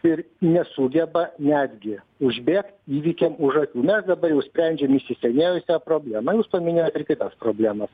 ir nesugeba netgi užbėgt įvykiam už akių mes dabar jau sprendžiam įsisenėjusią problemą jūs paminėjot ir kitas problemas